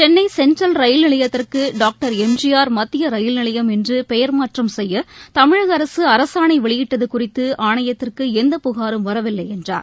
Chennai central ரயில் நிலையத்திற்கு doctor MGR மத்திய ரயில் நிலையம் என்று பெயர் மாற்றம் செய்ய தமிழக அரசு அரசாணை வெளியிட்டது குறித்து ஆணையத்திற்கு எந்த புகாரும் வரவில்லை என்றார்